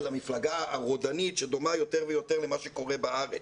המפלגה הרודנית שדומה יותר ויותר למה שקורה בארץ.